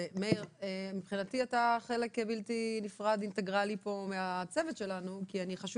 מבחינתי אתה חלק אינטגרלי מהצוות שלנו וחשוב